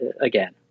again